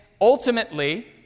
ultimately